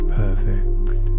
perfect